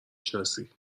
شناسی